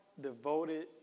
devoted